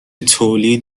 تولید